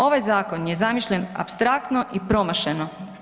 Ovaj zakon je zamišljen apstraktno i promašeno.